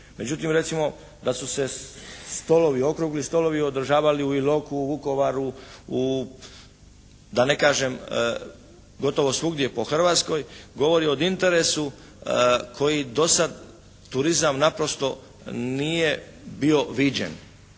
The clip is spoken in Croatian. Međutim, recimo da su se stolovi, okrugli stolovi održavali u Iloku, Vukovaru, da ne kažem gotovo svugdje po Hrvatskoj govori o interesu koji do sad turizam naprosto nije bio viđen.